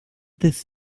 this